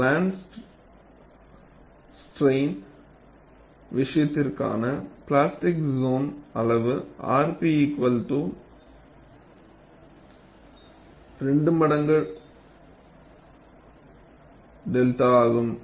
plane strain விஷயத்திற்கான plastic zone அளவு rp 2 மடங்கு 𝚫 ஆகும்